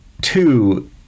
two